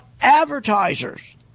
advertisers